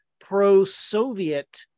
pro-Soviet